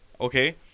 Okay